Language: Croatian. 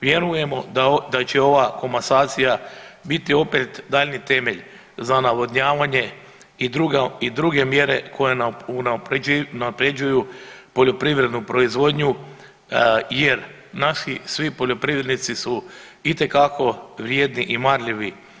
Vjerujemo da će ova komasacija biti opet daljnji temelj za navodnjavanje i druga i druge mjere koje unaprjeđuju poljoprivrednu proizvodnju jer naši svi poljoprivrednici su itekako vrijedni i marljivi.